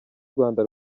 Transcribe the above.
rwanda